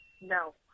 No